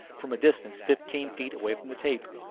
from a distance fifteen feet away from the tape.